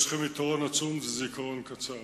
יש לכם יתרון עצום, וזה זיכרון קצר.